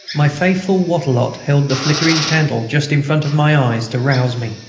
my faithful wattrelot held the flickering candle just in front of my eyes to rouse me.